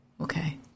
Okay